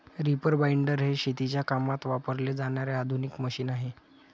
reaper binder हे शेतीच्या कामात वापरले जाणारे आधुनिक मशीन आहे